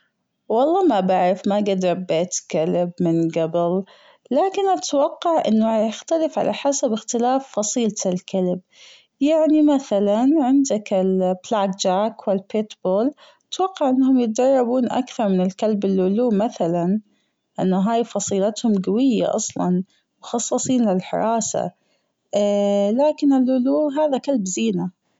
والله ما بعرف ماجد ربيت كلب من جبل لكن أتوقع أنه هيختلف على حسب أختلاف فصيلة الكلب يعني مثلا عندك البلاك جاك والبيتبول أتوقع أنهم يتدربون أكثر من الكلب اللولو مثلا أنه هي فصيلتهم جوية أصلا مخصصين للحراسة لكن اللولو هذا كلب زينة.